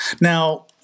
Now